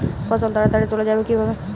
ফসল তাড়াতাড়ি তোলা যাবে কিভাবে?